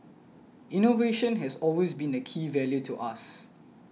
innovation has always been a key value to us